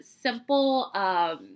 simple